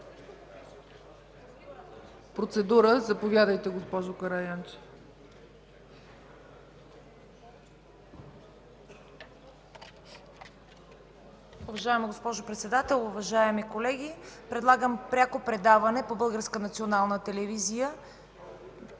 Процедура – заповядайте, госпожо Караянчева.